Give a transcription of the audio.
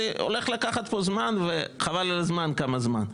זה הולך לקחת פה זמן וחבל על הזמן כמה זמן.